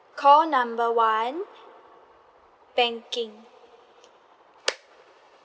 call number one banking